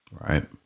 Right